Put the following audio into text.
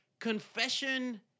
confession